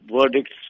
verdicts